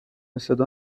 صدا